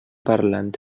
parlant